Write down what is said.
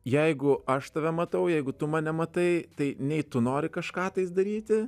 jeigu aš tave matau jeigu tu mane matai tai nei tu nori kažką tai daryti